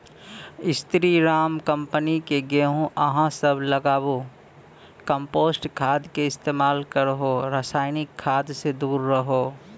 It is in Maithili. स्री राम कम्पनी के गेहूँ अहाँ सब लगाबु कम्पोस्ट खाद के इस्तेमाल करहो रासायनिक खाद से दूर रहूँ?